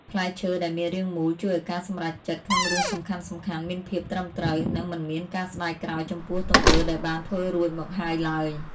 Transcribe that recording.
ផ្លែឈើដែលមានរាងមូលជួយឱ្យការសម្រេចចិត្តក្នុងរឿងសំខាន់ៗមានភាពត្រឹមត្រូវ និង មិនមានការស្ដាយក្រោយចំពោះទង្វើដែលបានធ្វើរួចមកហើយឡើយ។